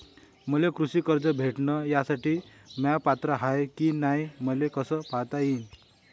मले कृषी कर्ज भेटन यासाठी म्या पात्र हाय की नाय मले कस तपासता येईन?